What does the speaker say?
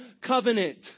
covenant